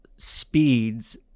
Speeds